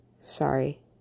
sorry